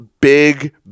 big